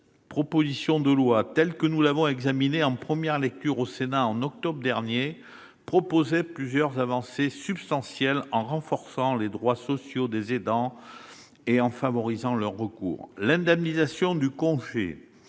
proposition de loi, tel que nous l'avons examiné en première lecture au Sénat, en octobre dernier, proposait plusieurs avancées substantielles en renforçant les droits sociaux des aidants et en favorisant leur recours. L'indemnisation du congé